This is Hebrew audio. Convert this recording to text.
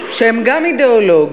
החזון,